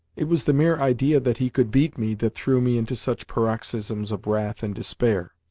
it was the mere idea that he could beat me that threw me into such paroxysms of wrath and despair.